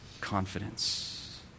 confidence